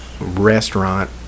restaurant